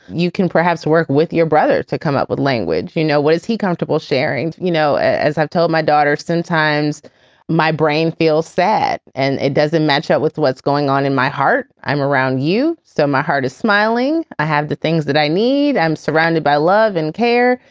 you can perhaps work with your brother to come up with language, you know, what is he comfortable sharing? you know, as i've told my daughter, sometimes my brain feels sad and it doesn't match up with what's going on in my heart. i'm around you. so my heart is smiling. i have the things that i need. i'm surrounded by love and care.